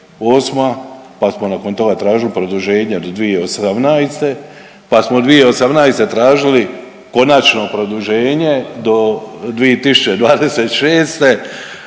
pa smo nakon toga tražili produženja do 2018., pa smo 2018. tražili konačno produženje do 2026.,